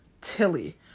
Tilly